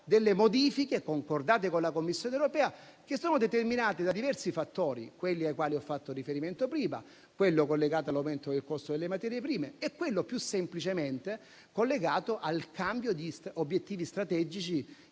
ora modifiche concordate con la Commissione europea che sono determinate da diversi fattori: quelli ai quali ho fatto riferimento prima, quello collegato all'aumento del costo delle materie prime e quello più semplicemente collegato al cambio di obiettivi strategici